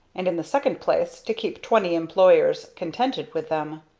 and in the second place to keep twenty employers contented with them.